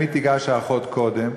אל מי תיגש האחות קודם?